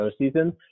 postseason